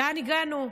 לאן הגענו?